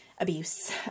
abuse